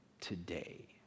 today